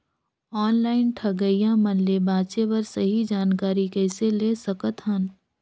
Online ठगईया मन ले बांचें बर सही जानकारी कइसे ले सकत हन?